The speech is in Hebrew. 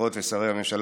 שרות ושרי הממשלה,